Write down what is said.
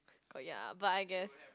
oh ya but I guess